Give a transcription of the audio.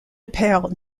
père